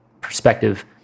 perspective